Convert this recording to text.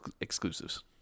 exclusives